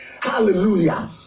Hallelujah